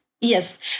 Yes